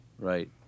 right